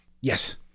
Yes